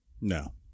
No